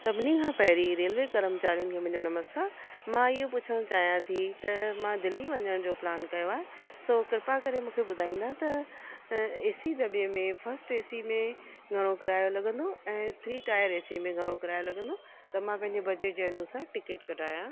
सभिनी खां पहिरीं रेलवे कर्मचारीयुनि खे मुंहिंजो नमस्कारु मां इहो पुछणु चाहियां थी की त मां दिल्ली वञण जो प्लान कयो आहे सो कृपा करे मूंखे ॿुधाईंदा त एसी दॿे में फस्ट एसी में घणो किरायो लॻंदो ऐं थ्री टायर एसी में घणो किरायो लॻंदो त मां पंहिंजे बजेट जे अनुसारु टिकिट कढायां